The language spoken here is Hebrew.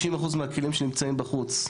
90 אחוזים מהכלים שנמצאים בחוץ,